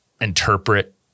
interpret